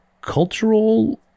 cultural